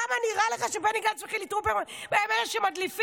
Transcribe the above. למה נראה לך שבני גנץ וחילי טרופר הם אלה שמדליפים?